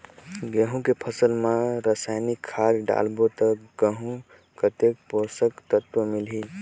गंहू के फसल मा रसायनिक खाद डालबो ता गंहू कतेक पोषक तत्व मिलही?